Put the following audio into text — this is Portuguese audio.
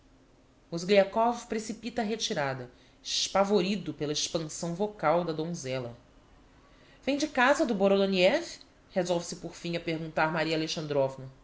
o recem rejeitado mozgliakov precipita a retirada espavorido pela expansão vocal da donzella vem de casa do borodoniev resolve se por fim a perguntar maria